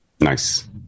Nice